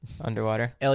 underwater